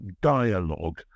dialogue